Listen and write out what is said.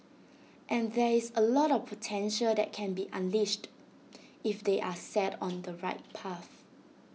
and there is A lot of potential that can be unleashed if they are set on the right path